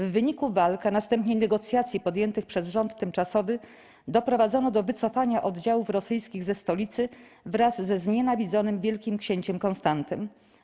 W wyniku walk, a następnie negocjacji podjętych przez Rząd Tymczasowy, doprowadzono do wycofania oddziałów rosyjskich ze stolicy wraz ze znienawidzonym wielkim księciem Konstantym.